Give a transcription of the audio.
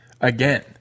again